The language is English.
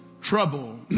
trouble